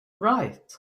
write